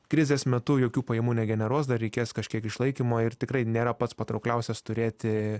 krizės metu jokių pajamų negeneruos dar reikės kažkiek išlaikymo ir tikrai nėra pats patraukliausias turėti